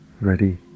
ready